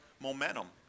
momentum